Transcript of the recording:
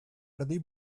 erdi